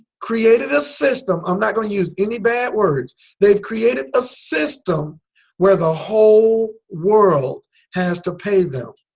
created a system i'm not going to use any bad words they've created a system where the whole world has to pay them.